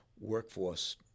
workforce